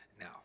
Now